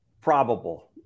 probable